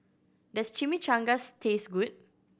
does Chimichangas taste good